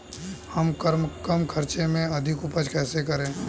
हम कम खर्च में अधिक उपज कैसे करें?